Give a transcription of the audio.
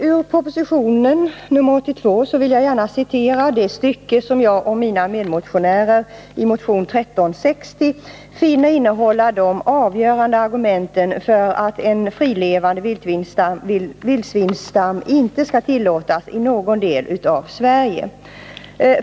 Herr talman! Jag vill gärna citera det stycke i proposition 82 som vi som väckt motion 1360 finner innehålla de avgörande argumenten för att en frilevande vildsvinsstam inte skall tillåtas i någon del av Sverige.